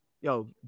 yo